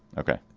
okay.